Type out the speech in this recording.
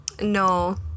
No